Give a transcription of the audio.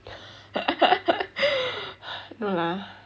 no lah